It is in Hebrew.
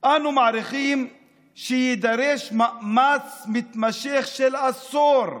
אנו מעריכים שיידרש מאמץ מתמשך של עשור,